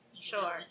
Sure